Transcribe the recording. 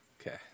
Okay